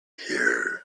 here